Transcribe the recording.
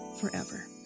forever